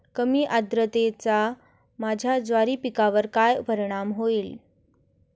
कमी आर्द्रतेचा माझ्या ज्वारी पिकावर कसा परिणाम होईल?